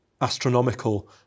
astronomical